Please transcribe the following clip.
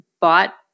bought